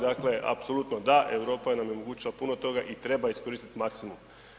Dakle apsolutno da, Europa nam je omogućila puno toga i treba iskoristiti maksimum.